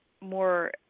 more